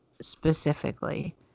specifically